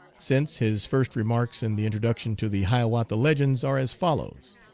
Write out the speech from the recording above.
since his first remarks in the introduction to the hiawatha legends are as follows